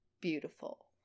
beautiful